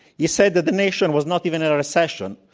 he said that the nation was not even in a recession.